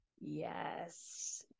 Yes